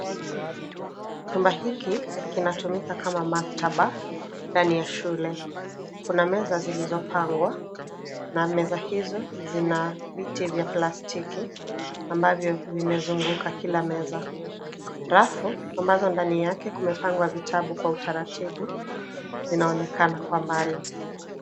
Chumb hiki kinatumika kama maktaba ndani ya shule. Kuna meza zilizopangwa na meza hizo zina viti vya plasiti ambavyo vimezunguka kila meza. Rafu ambazo ndani yake kumepangwa vitabu kwa utaratibu zinaonekana kwa umbali.